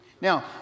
Now